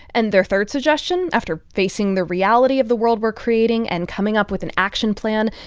and their third suggestion, after facing the reality of the world we're creating and coming up with an action plan,